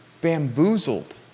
bamboozled